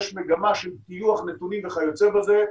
יש מגמה של טיוח נתונים וכיוצא בזה.